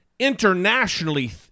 internationally